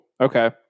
okay